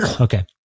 Okay